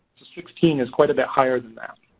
sixteen is quite a bit higher than that.